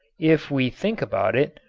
if we think about it,